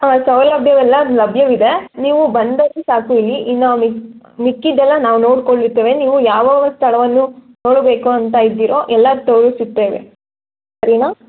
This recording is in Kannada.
ಹಾಂ ಸೌಲಭ್ಯವೆಲ್ಲ ಲಭ್ಯವಿದೆ ನೀವು ಬಂದರೆ ಸಾಕು ಇಲ್ಲಿ ಇನ್ನೂ ಮಿಕ್ಕ ಮಿಕ್ಕಿದ್ದೆಲ್ಲ ನಾವು ನೋಡಿಕೊಳ್ಳುತ್ತೇವೆ ನೀವು ಯಾವ್ಯಾವ ಸ್ಥಳವನ್ನು ನೋಡಬೇಕು ಅಂತ ಇದ್ದೀರೋ ಎಲ್ಲ ತೋರಿಸುತ್ತೇವೆ ಏನು